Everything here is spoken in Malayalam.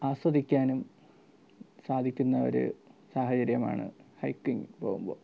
ആസ്വദിക്കാനും സാധിക്കുന്ന ഒരു സാഹചര്യമാണ് ഹൈക്കിംഗ് പോകുമ്പോൾ